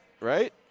right